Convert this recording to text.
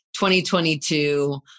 2022